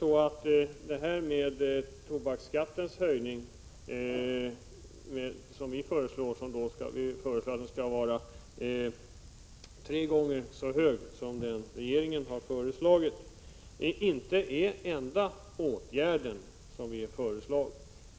Vårt förslag om en höjning av tobaksskatten med tre gånger så mycket som regeringen vill höja med är faktiskt inte den enda åtgärd som vi har föreslagit.